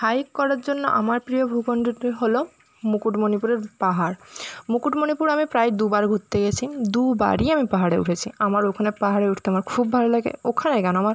hike করার জন্য আমার প্রিয় ভূখণ্ডটি হলো মুকুটমণিপুরের পাহাড় মুকুটমণিপুর আমি প্রায় দুবার ঘুরতে গেছি দুবারই আমি পাহাড়ে উঠেছি আমার ওখানে পাহাড়ে উঠতে আমার খুব ভালো লাগে ওখানে কেন আমার